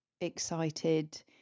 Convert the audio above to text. excited